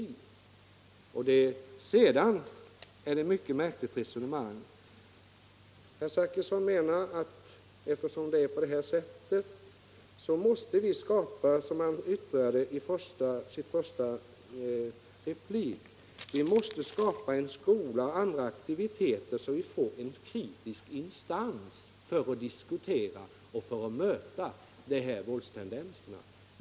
Herr Zachrissons resonemang är också mycket märkligt när han menar att eftersom det är på det här sättet måste vi, som han yttrade i sitt första inlägg efter interpellationssvaret, skapa en sådan skola och sådana andra aktiviteter att vi får en kritisk instans för att diskutera och för att möta våldstendenserna.